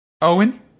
Owen